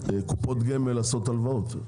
ולקופות גמל לעשות הלוואות?